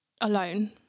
alone